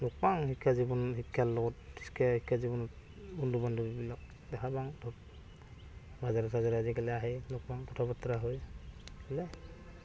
লগ পাওঁ শিক্ষা জীৱন শিক্ষা লগত শিক্ষা শিক্ষা জীৱনত বন্ধু বান্ধৱীবিলাক দেখা পাওঁ ধৰ বাজাৰে চাজাৰে আজিকালি আহে লগ পাওঁ কথা বাতৰা হয়